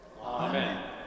Amen